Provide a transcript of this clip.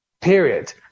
period